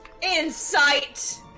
Insight